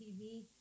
tv